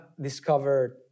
discovered